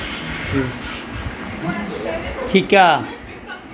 শিকা